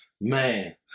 man